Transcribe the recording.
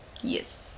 Yes